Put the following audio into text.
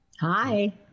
Hi